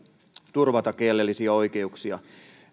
turvata kielellisiä oikeuksia